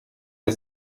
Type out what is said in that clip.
der